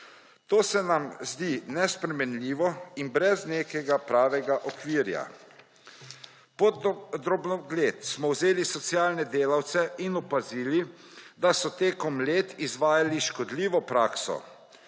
To se nam zdi nesprejemljivo in brez nekega pravega okvira. Pod drobnogled smo vzeli socialne delavce in opazili, da so tekom let izvajali škodljivo prakso